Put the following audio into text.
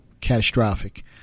catastrophic